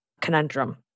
conundrum